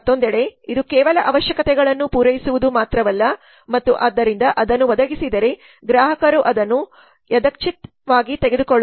ಮತ್ತೊಂದೆಡೆ ಇದು ಕೇವಲ ಅವಶ್ಯಕತೆಗಳನ್ನು ಪೂರೈಸುವುದು ಮಾತ್ರವಲ್ಲ ಮತ್ತು ಆದ್ದರಿಂದ ಅದನ್ನು ಒದಗಿಸಿದರೆ ಗ್ರಾಹಕರು ಅದನ್ನು ಯಾದೃಚ್ಛಿಕ್ ವಾಗಿ ತೆಗೆದುಕೊಳ್ಳುತ್ತಾರೆ